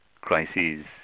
crises